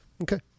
Okay